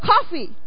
coffee